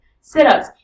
sit-ups